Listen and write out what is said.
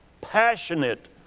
passionate